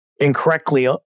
incorrectly